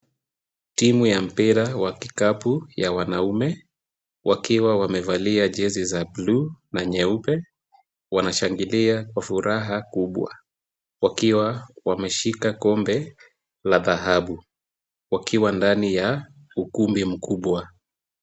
Timu ya mpira wa kikapu ya wanaume wakiwa wamevalia jezi za bluu na nyeupe wanashangilia kwa furaha kubwa wakiwa wameshika kombe la dhahabu wakiwa ndani ya ukumbi mkubwa.